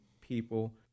people